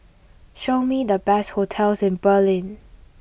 show me the best hotels in Berlin